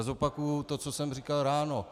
Zopakuji to, co jsem říkal ráno.